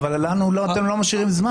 אבל לנו אתם לא משאירים זמן.